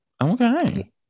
Okay